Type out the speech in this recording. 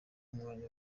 umwanya